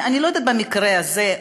אני לא יודעת במקרה הזה,